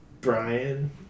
Brian